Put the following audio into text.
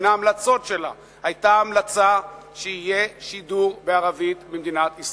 בין ההמלצות שלה היתה המלצה שיהיה שידור בערבית במדינת ישראל.